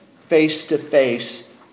face-to-face